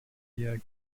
via